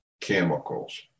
chemicals